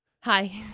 Hi